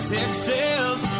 Texas